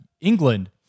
England